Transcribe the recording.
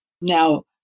Now